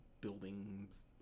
buildings